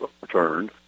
returned